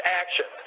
action